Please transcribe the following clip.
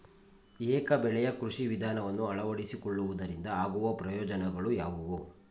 ಏಕ ಬೆಳೆಯ ಕೃಷಿ ವಿಧಾನವನ್ನು ಅಳವಡಿಸಿಕೊಳ್ಳುವುದರಿಂದ ಆಗುವ ಪ್ರಯೋಜನಗಳು ಯಾವುವು?